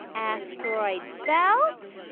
asteroid belt.